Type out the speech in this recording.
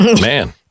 Man